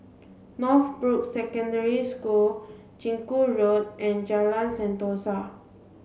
Northbrooks Secondary School Chiku Road and Jalan Sentosa